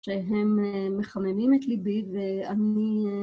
שהם מחממים את ליבי ואני...